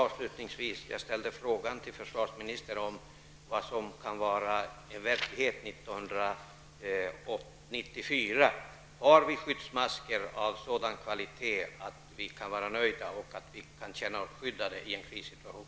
Avslutningsvis: Jag frågade försvarsministern vad som kan vara verkligt 1994. Har vi skyddsmasker av sådan kvalitet att vi kan känna oss skyddade i en krissituation?